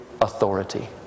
authority